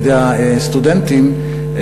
על-ידי הסטודנטים,